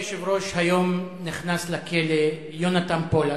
אדוני היושב-ראש, היום נכנס לכלא יונתן פולק,